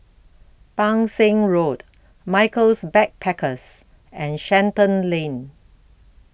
Pang Seng Road Michaels Backpackers and Shenton Lane